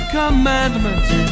commandments